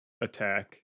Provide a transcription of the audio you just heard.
attack